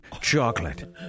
Chocolate